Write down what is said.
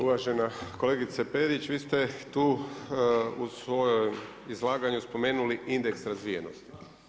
Uvažena kolegice Perić, vi ste tu u svojem izlaganju spomenuli indeks razvijenosti.